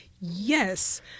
Yes